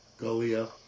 Golia